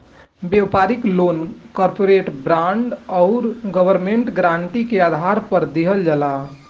व्यापारिक loan corporate bond आउर government guarantee के आधार पर दिहल जाला